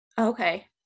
Okay